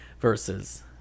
versus